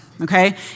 okay